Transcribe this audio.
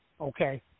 Okay